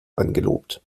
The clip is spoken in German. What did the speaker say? angelobt